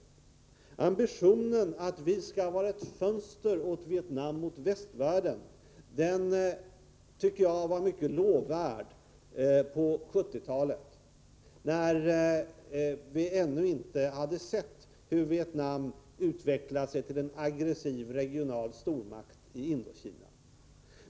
Ambitionen att vi skall vara ett fönster mot västvärlden för Vietnam tycker jag var mycket lovvärd på 1970-talet, när vi ännu inte hade sett hur Vietnam utvecklade sig till en aggressiv regional stormakt i Indokina.